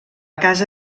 casa